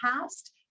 past